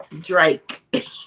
drake